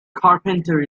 carpenter